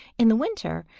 in the winter,